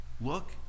look